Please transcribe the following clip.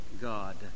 God